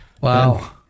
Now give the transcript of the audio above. Wow